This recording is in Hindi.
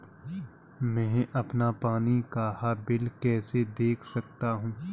मैं अपना पानी का बिल कैसे देख सकता हूँ?